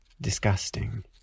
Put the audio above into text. disgusting